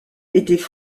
étaient